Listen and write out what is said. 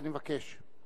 אני מבקש.